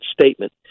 statement